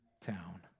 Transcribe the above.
town